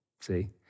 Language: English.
See